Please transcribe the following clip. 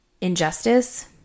injustice